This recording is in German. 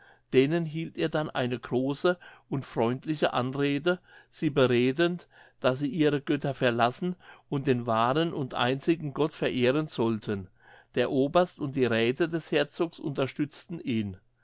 denen hielt er dann eine große und freundliche anrede sie beredend daß sie ihre götter verlassen und den wahren und einzigen gott verehren sollten der oberst und die räthe des herzogs unterstützten ihn